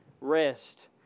Rest